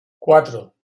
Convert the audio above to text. cuatro